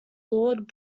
lord